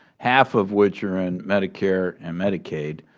half of which are in medicare and medicaid,